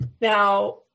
Now